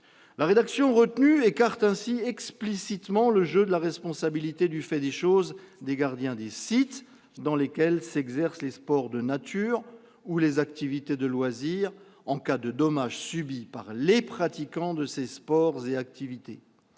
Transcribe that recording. La rédaction retenue écarte explicitement le jeu de la responsabilité du fait des choses des gardiens des sites dans lesquels s'exercent les sports de nature ou les activités de loisirs, en cas de dommages subis par les pratiquants de ces sports et activités.